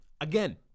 again